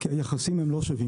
כי היחסים הם לא שווים,